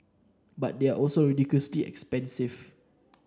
but they are also ridiculously expensive